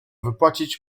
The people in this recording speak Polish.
wypłacić